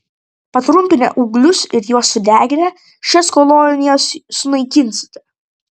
patrumpinę ūglius ir juos sudeginę šias kolonijas sunaikinsite